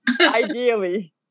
Ideally